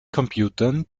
computern